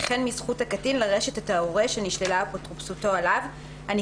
וכן מזכות הקטין לרשת את ההורה שנשללה אפוטרופסותו עליו." אני